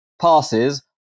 Passes